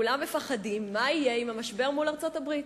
כולם מפחדים מה יהיה עם המשבר מול ארצות-הברית.